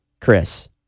Chris